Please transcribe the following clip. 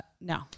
no